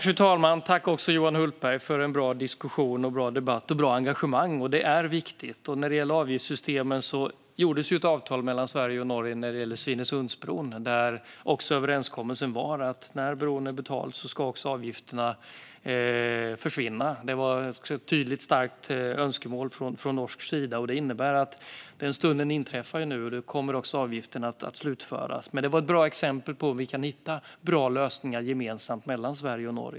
Fru talman! Jag tackar också Johan Hultberg för en bra diskussion, en bra debatt och ett bra engagemang. Det är viktigt. När det gäller avgiftssystemen ingicks ett avtal mellan Sverige och Norge när det gäller Svinesundsbron där överenskommelsen var att när bron är betald ska avgifterna försvinna. Det var ett tydligt och starkt önskemål från norsk sida, och den stunden inträffar nu. Då kommer avgifterna att slutföras. Det här var ett bra exempel på att det går att hitta bra gemensamma lösningar mellan Sverige och Norge.